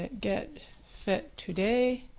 get fit today,